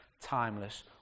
timeless